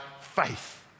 faith